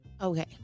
okay